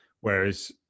whereas